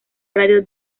radio